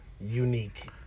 unique